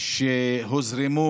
שהוזרמו